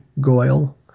Goyle